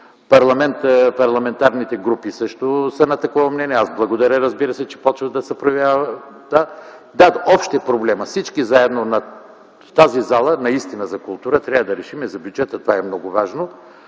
парламентарните групи също са на такова мнение. Аз благодаря, разбира се, че започва да се проявява… Общ е проблемът. Всички заедно в тази зала за култура трябва да решим – за бюджета това е много важно,